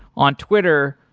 on twitter,